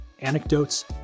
anecdotes